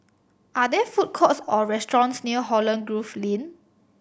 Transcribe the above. are there food courts or restaurants near Holland Grove Lane